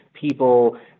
people